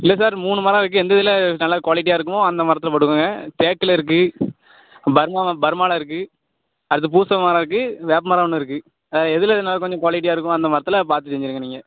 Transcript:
இல்லை சார் மூணு மரம் இருக்குது எந்த இதில் நல்ல குவாலிட்டியாக இருக்குமோ அந்த மரத்தில் போட்டுக்கோங்க தேக்கில் இருக்குது பர்மாவில் பர்மாவில் இருக்குது அடுத்த பூச மரம் இருக்குது வேப்ப மரம் ஒன்று இருக்குது எதில் நல்ல கொஞ்சம் குவாலிட்டியாக இருக்குமோ அந்த மரத்தில் பார்த்து செஞ்சுருங்க நீங்கள்